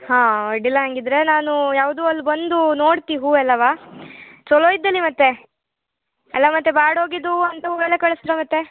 ಹಾಂ ಅಡ್ಡಿಲ್ಲ ಹಾಗಿದ್ರೆ ನಾನು ಯಾವುದೂ ಅಲ್ಲಿ ಬಂದು ನೋಡ್ತೆ ಹೂವೆಲ್ಲ ಛಲೋ ಇದ್ದಲ ಮತ್ತೆ ಅಲ್ಲ ಮತ್ತೆ ಬಾಡ್ಹೋಗಿದ್ದು ಹೂ ಅಂಥ ಹೂ ಎಲ್ಲ ಕಳಿಸಿದ್ರೆ ಮತ್ತೆ